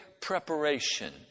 preparation